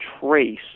trace